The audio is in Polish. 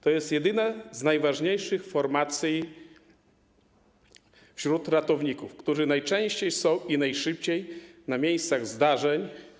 To jest jedna z najważniejszych formacji wśród ratowników, którzy najczęściej i najszybciej są na miejscach zdarzeń.